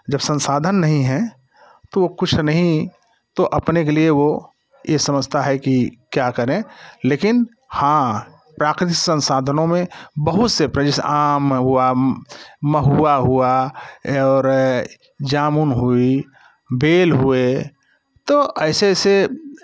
जब संसाधन नहीं हैं तो वो कुछ नहीं तो अपने के लिए वो ये समझता है कि क्या करें लेकिन हाँ प्राकृतिक संसाधनों में बहुत से पेड़ जैसे आम हुआ महुआ हुआ और जामुन हुई बेल हुए तो ऐस ऐसे